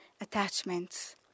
attachments